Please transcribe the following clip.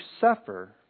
suffer